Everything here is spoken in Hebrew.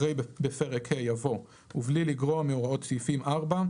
אחרי "בפרק ה'" יבוא "ובלי לגרוע מהוראות סעיפים 4,